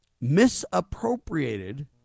misappropriated